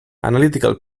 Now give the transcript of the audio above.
analytical